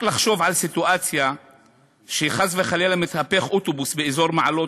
רק לחשוב על סיטואציה שחס וחלילה מתהפך אוטובוס באזור מעלות,